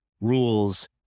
rules